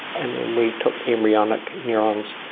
and then we took embryonic neurons,